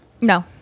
no